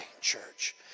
church